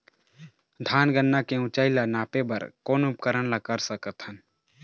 धान गन्ना के ऊंचाई ला नापे बर कोन उपकरण ला कर सकथन?